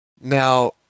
Now